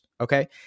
Okay